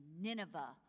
Nineveh